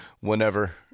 Whenever